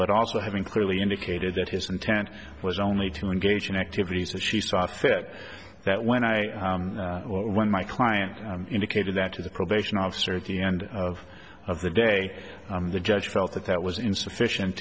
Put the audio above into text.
but also having clearly indicated that his intent was only to engage in activities that she saw fit that when i when my client indicated that to the probation officer at the end of of the day the judge felt that that was insufficient